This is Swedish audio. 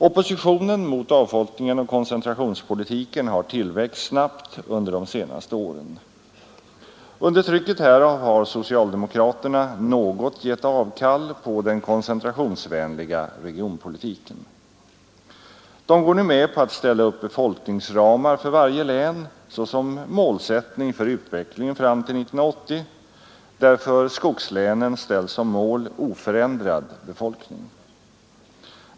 Oppositionen mot avfolkningen och koncentrationspolitiken har tillväxt snabbt under de senaste åren. Under trycket härav har socialdemokraterna något gett avkall på den koncentrationsvänliga regionpolitiken. De går nu med på att ställa upp befolkningsramar för varje län såsom målsättning för utvecklingen fram till 1980, där för skogslänen ställs som mål oförändrad befolkning.